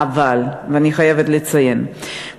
אבל אני חייבת לציין,